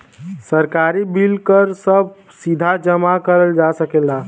सरकारी बिल कर सभ सीधा जमा करल जा सकेला